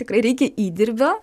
tikrai reikia įdirbio